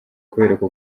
kubereka